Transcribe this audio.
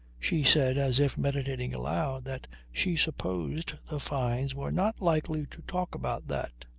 she said as if meditating aloud that she supposed the fynes were not likely to talk about that.